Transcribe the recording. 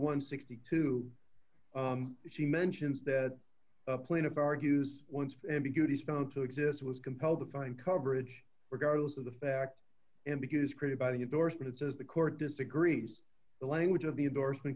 and sixty two she mentions that the plaintiff argues once ambiguity is found to exist was compelled to find coverage regardless of the facts and because created by the indorsement says the court disagrees the language of the endorsement